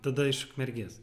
tada iš ukmergės